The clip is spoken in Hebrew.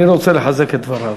אני רוצה לחזק את דבריו.